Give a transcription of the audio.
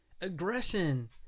Aggression